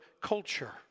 culture